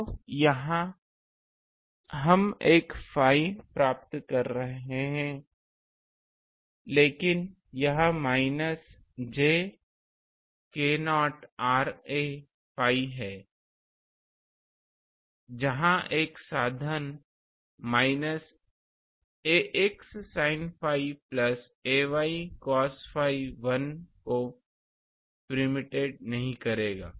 तो यहाँ हम एक phi प्राप्त कर रहे हैं लेकिन यह minus j k0 r a phi है जहां एक साधन minus ax sin phi plus ay cos phi 1 ko प्रिमिटेड नहीं करेंग